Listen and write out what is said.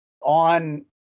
on